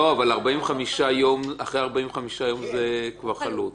לא, אבל אחרי 45 יום זה כבר יחלוט.